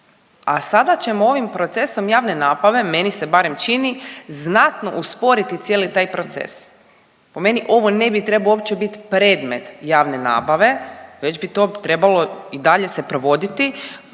a sada ćemo ovim procesom javne nabave, meni se barem čini, znatno usporiti cijeli taj proces. Po meni ne bi trebao uopće bit predmet javne nabave već bi to trebalo i dalje se provoditi